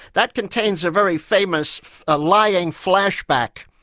that contains a very famous ah lying flash-back,